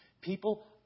People